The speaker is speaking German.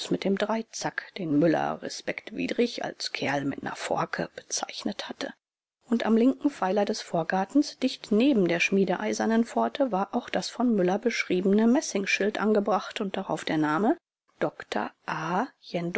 mit dem dreizack den müller respektwidrig als kerl mit ner forke bezeichnet hatte und am linken pfeiler des vorgartens dicht neben der schmiedeeisernen pforte war auch das von müller beschriebene messingschild angebracht und darauf der name